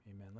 amen